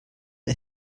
der